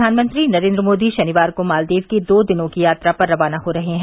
प्रधानमंत्री नरेन्द्र मोदी शनिवार को मालदीव की दो दिन की यात्रा पर रवाना हो रहे हैं